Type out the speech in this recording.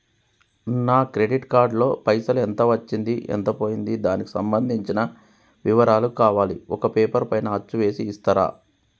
నా credit card లో పైసలు ఎంత వచ్చింది ఎంత పోయింది దానికి సంబంధించిన వివరాలు కావాలి ఒక పేపర్ పైన అచ్చు చేసి ఇస్తరా?